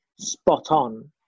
spot-on